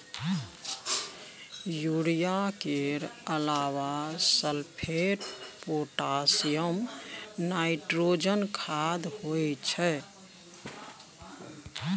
urea केर अलाबा sulphate, potassium, nitrogen खाद होइ छै